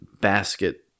basket